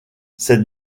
ces